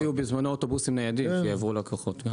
הציעו בזמנו אוטובוסים ניידים שיעברו ללקוחות.